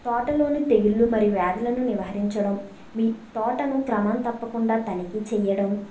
తోటలోని తెగుళ్ళు మరి వ్యాధులను నివహరించడం మీ తోటను క్రమం తప్పకుండా తనిఖీ చేయడం